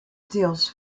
deals